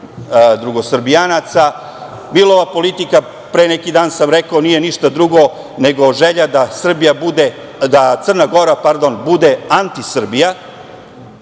drugosrbijanaca, bilo da ova politika pre neki dan sam rekao, nije ništa drugo nego želja da Crna Gora bude anti Srbija,